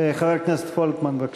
חבר הכנסת פולקמן, בבקשה.